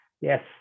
yes